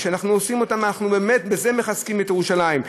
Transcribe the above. וכשאנחנו עושים אותם אנחנו באמת מחזקים בזה את ירושלים.